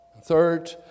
Third